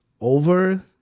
over